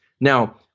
Now